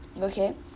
Okay